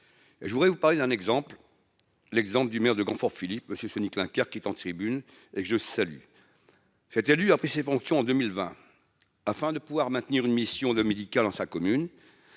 Je voudrais vous parler d'un exemple, l'exemple du maire de confort Philippe monsieur Sonic linkers qui en tribune et que je salue. C'était a pris ses fonctions en 2020 afin de pouvoir maintenir une mission de médical dans sa commune.